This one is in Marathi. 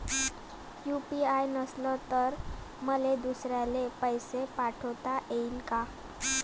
यू.पी.आय नसल तर मले दुसऱ्याले पैसे पाठोता येईन का?